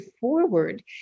forward